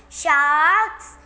sharks